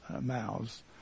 mouths